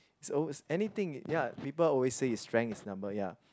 so it's anything ya people always say is strength is number ya